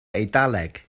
eidaleg